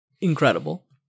Incredible